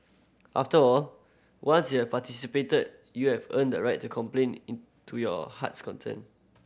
after all once you're participated you have earned the right to complain into your heart's content